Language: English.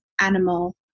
animal